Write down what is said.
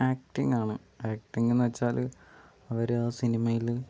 acting ആണ് ആക്ടിങ്ന്ന് വെച്ചാല് അവരാ സിനിമയില്